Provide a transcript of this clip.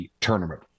tournament